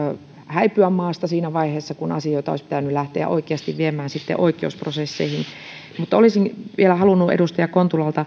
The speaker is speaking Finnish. häipyä maasta siinä vaiheessa kun asioita olisi pitänyt lähteä oikeasti viemään oikeusprosesseihin mutta olisin vielä halunnut edustaja kontulalta kysyä